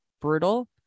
brutal